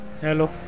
Hello